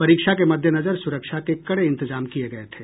परीक्षा के मद्देनजर सुरक्षा के कड़े इंतजाम किये गये थे